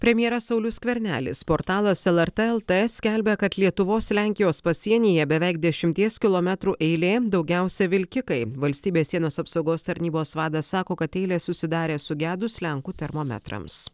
premjeras saulius skvernelis portalas lrt lt skelbia kad lietuvos lenkijos pasienyje beveik dešimties kilometrų eilė daugiausia vilkikai valstybės sienos apsaugos tarnybos vadas sako kad eilės susidarė sugedus lenkų termometrams